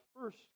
first